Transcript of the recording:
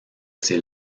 ses